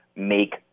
make